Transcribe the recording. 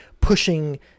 pushing